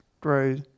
grows